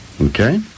Okay